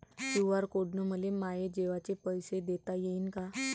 QR code न मले माये जेवाचे पैसे देता येईन का?